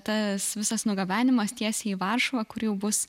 tas visas nugabenimas tiesiai į varšuvą kur jau bus